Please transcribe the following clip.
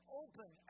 open